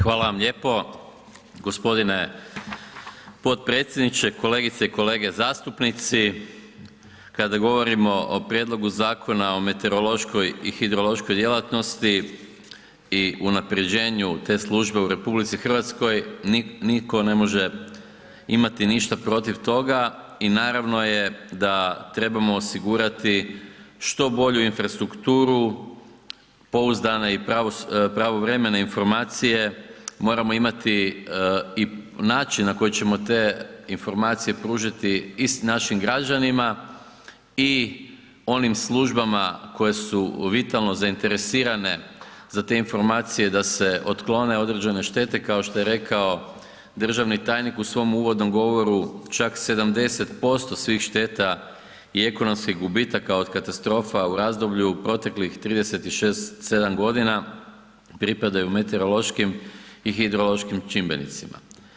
Hvala vam lijepo g. potpredsjedniče, kolegice i kolege zastupnici, kada govorimo o prijedlogu Zakona o meteorološkoj i hidrološkoj djelatnosti i unaprjeđenju te službe u RH, nitko ne može imati protiv toga i naravno je da trebamo osigurati što bolju infrastrukturu, pouzdana i pravovremene informacije moramo imati i način na koji ćemo te informacije pružati i s našim građanima i onim službama koje su vitalno zainteresirane za te informacije da se otklone određene štete, kao što je rekao državni tajnik u svom uvodnom ugovoru, čak 70% svih šteta i ekonomskih gubitaka od katastrofa u razdoblju proteklih 36., 37.g., pripadaju meteorološkim i hidrološkim čimbenicima.